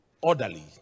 orderly